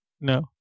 no